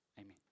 amen